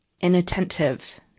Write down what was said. inattentive